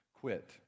quit